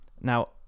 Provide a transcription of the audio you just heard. Now